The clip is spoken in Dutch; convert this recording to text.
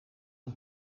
een